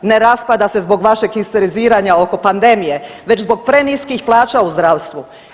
Ne raspada se zbog vašeg histeriziranja oko pandemije već zbog preniskih plaća u zdravstvu.